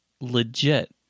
legit